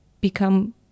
become